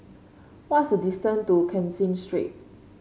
what's the distant to Caseen Street